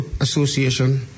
Association